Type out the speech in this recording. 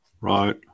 Right